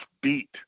beat